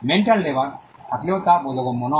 mental labour থাকলেও তা বোধগম্য নয়